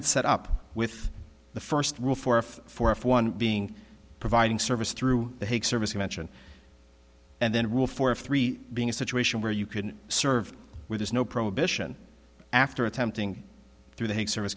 it's set up with the first rule for if for if one being providing service through the hc service you mention and then rule for three being a situation where you can serve where there's no prohibition after attempting through the hc service